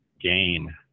gain